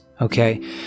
okay